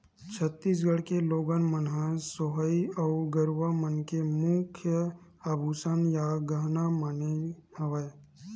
छत्तीसगढ़ के लोगन मन ह सोहई ल गरूवा मन के मुख्य आभूसन या गहना माने हवय